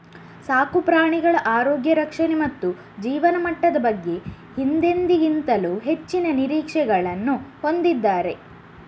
ಸಾಕು ಪ್ರಾಣಿಗಳ ಆರೋಗ್ಯ ರಕ್ಷಣೆ ಮತ್ತು ಜೀವನಮಟ್ಟದ ಬಗ್ಗೆ ಹಿಂದೆಂದಿಗಿಂತಲೂ ಹೆಚ್ಚಿನ ನಿರೀಕ್ಷೆಗಳನ್ನು ಹೊಂದಿದ್ದಾರೆ